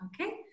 Okay